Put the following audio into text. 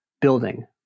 building